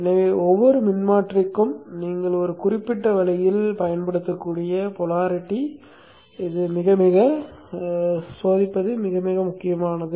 எனவே ஒவ்வொரு மின்மாற்றிக்கும் நீங்கள் ஒரு குறிப்பிட்ட வழியில் பயன்படுத்தக்கூடிய போலாரிட்டியை சோதிப்பது மிக மிக முக்கியமானது